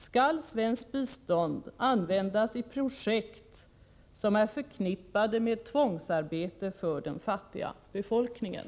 Skall svenskt bistånd användas i projekt som är förknippade med tvångsarbete för den fattiga befolkningen?